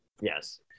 Yes